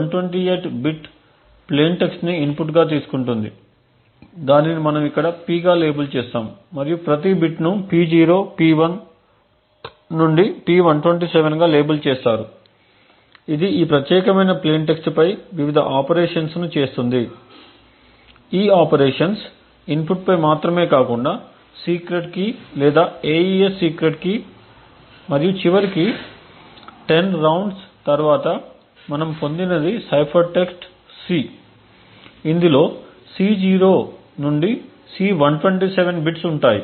AES 128 bit plain టెక్స్ట్ని ఇన్పుట్గా తీసుకుంటుంది దానిని మనము ఇక్కడ P గా లేబుల్ చేస్తాము మరియు ప్రతి బిట్ను P0 P1 నుండి P127 గా లేబుల్ చేస్తారు ఇది ఈ ప్రత్యేకమైన ప్లేయిన్ టెక్స్ట్పై వివిధ ఆపరేషన్స్ను చేస్తుంది ఈ ఆపరేషన్స్ ఇన్పుట్పై మాత్రమే కాకుండా సీక్రెట్ కీ లేదా AES సీక్రెట్ కీ మరియు చివరికి 10 రౌండ్ల తరువాత మనము పొందినది సైఫర్ టెక్స్ట్ C ఇందులో C0 నుండి C127 బిట్స్ ఉంటాయి